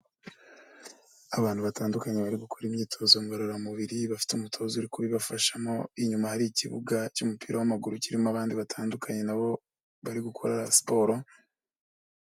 Abantu batandukanye bari gukora imyitozo ngororamubiri, bafite umutoza uri kubibafashamo, inyuma hari ikibuga cy'umupira w'amaguru kirimo abandi batandukanye nabo, bari gukora siporo.